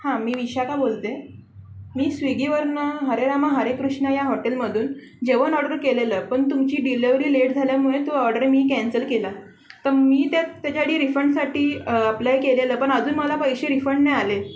हां मी विशाखा बोलते मी स्विगीवरनं हरे रामा हरे कृष्णा या हॉटेलमधून जेवण ऑर्डर केलेलं पण तुमची डिलिव्हरी लेट झाल्यामुळे तो ऑर्डर मी कॅन्सल केला तर मी त्या त्याच्या रिफंडसाठी अप्लाय केलेलं पण अजून मला पैसे रिफंड नाही आले